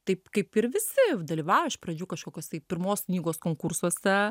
taip kaip ir visi dalyvauji iš pradžių kažkokios tai pirmos knygos konkursuose